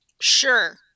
Sure